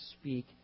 speak